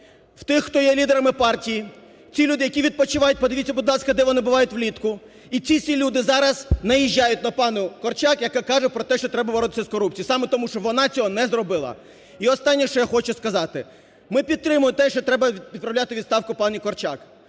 в тих, хто є лідерами партій, ці люди, які відпочивають, подивіться, будь ласка, де вони бувають влітку, і ці всі люди зараз наїжджають на пані Корчак, яка каже про те, що треба боротися з корупцією, саме тому, що вона цього не зробила. І останнє, що я хочу сказати. Ми підтримуємо те, що треба відправляти у відставку пані Корчак.